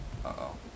Uh-oh